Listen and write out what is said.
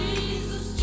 Jesus